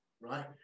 right